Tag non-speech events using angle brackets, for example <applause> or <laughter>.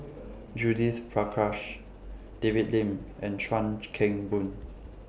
<noise> Judith Prakash David Lim and Chuan <noise> Keng Boon